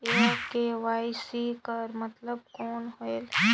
ये के.वाई.सी कर मतलब कौन होएल?